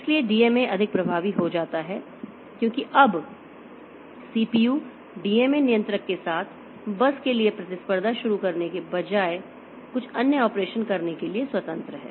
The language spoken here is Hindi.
इसलिए डीएमए अधिक प्रभावी हो जाता है क्योंकि अब सीपीयू डीएमए नियंत्रक के साथ बस के लिए प्रतिस्पर्धा करने के बजाय कुछ अन्य ऑपरेशन करने के लिए स्वतंत्र है